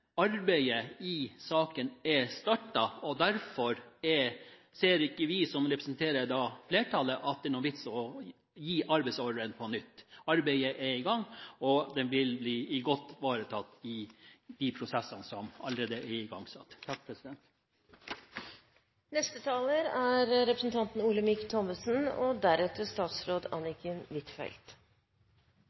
arbeidet i saken er startet, og derfor ser ikke vi som representerer flertallet, at det er noen vits i å gi arbeidsordren på nytt. Arbeidet er i gang, og det vil bli godt ivaretatt i de prosessene som allerede er igangsatt. Det er hyggelig å konstatere at dette er